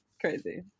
crazy